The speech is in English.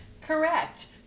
Correct